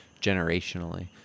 generationally